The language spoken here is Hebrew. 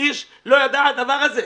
איש לא ידע על הדבר הזה.